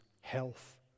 health